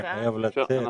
אנחנו חייבים לצאת.